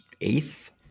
eighth